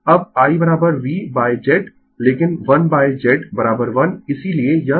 अब I V by Z लेकिन 1 by Z I इसीलिये यह YV होगा